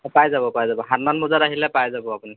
পাই যাব পাই যাব সাতমান বজাত আহিলে পাই যাব আপুনি